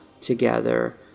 together